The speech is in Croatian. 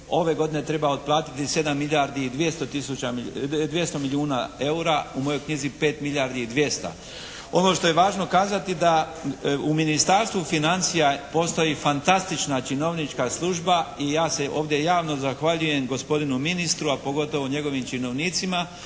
ove godine treba otplatiti 7 milijardi i 200 milijuna eura, u mojoj knjizi je 5 milijardi i 200. Ono što je važno kazati da u Ministarstvu financija postoji fantastična činovnička služba i ja se ovdje javno zahvaljujem gospodinu ministru, a pogotovo njegovim činovnicima